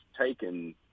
taken